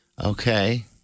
Okay